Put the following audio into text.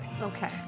Okay